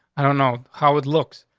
i don't know how it looks.